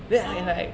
oh